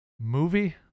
movie